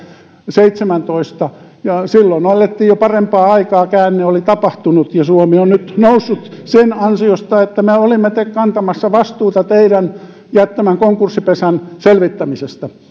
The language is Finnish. seitsemäntoista ja silloin elettiin jo parempaa aikaa käänne oli tapahtunut ja suomi on nyt noussut sen ansiosta että me olimme kantamassa vastuuta teidän jättämänne konkurssipesän selvittämisessä